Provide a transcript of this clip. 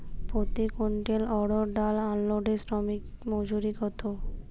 প্রতি কুইন্টল অড়হর ডাল আনলোডে শ্রমিক মজুরি কত?